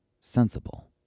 sensible